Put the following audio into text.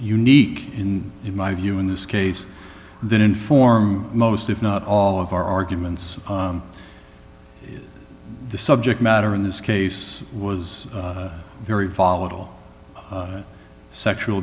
unique in my view in this case that inform most if not all of our arguments the subject matter in this case was very volatile sexual